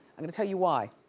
i'm gonna tell you why.